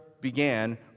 began